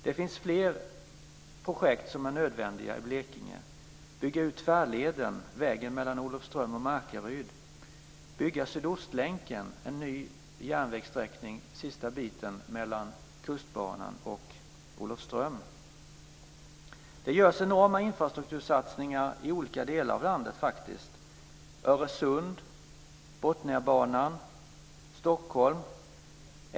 Det finns fler projekt som är nödvändiga i Blekinge, att bygga ut Tvärleden - vägen mellan Olofström och Markaryd - och att bygga Sydostlänken - en ny järnvägssträckning sista biten mellan Kustbanan och Olofström. Det görs enorma infrastruktursatsningar i olika delar av landet. Det gäller t.ex. Öresund, Botniabanan och Stockholm.